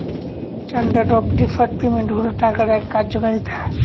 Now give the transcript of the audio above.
standard of deferred payment হল টাকার এক কার্যকারিতা